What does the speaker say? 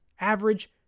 average